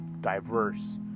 diverse